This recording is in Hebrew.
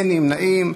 אין נמנעים.